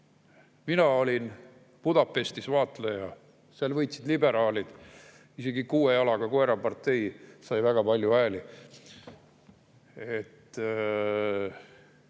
Mina olin Budapestis vaatleja, seal võitsid liberaalid, isegi kuue jalaga koera partei sai väga palju hääli.